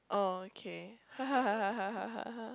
orh okay